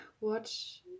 watch